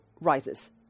rises